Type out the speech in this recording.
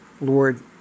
Lord